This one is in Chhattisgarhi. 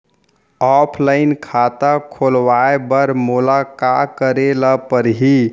ऑफलाइन खाता खोलवाय बर मोला का करे ल परही?